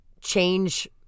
change